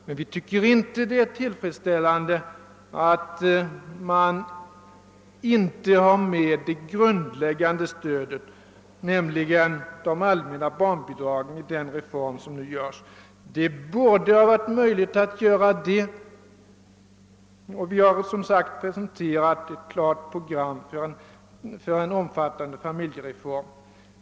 Men vi finner det inte tillfredsställande att man utelämnat det grundläggande stödet, nämligen de allmänna barnbidragen, i den reform som nu genomföres; det borde varit möjligt att höja dem. Vi har presenterat ett klart program för en omfattande familjereform.